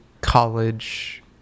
college